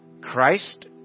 Christ